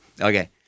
okay